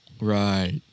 Right